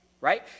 right